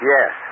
Yes